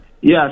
Yes